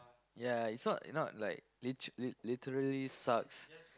yeah it's not not like lit~ literally sucks